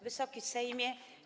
Wysoki Sejmie!